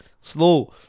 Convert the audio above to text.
slow